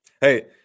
Hey